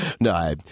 No